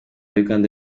uganda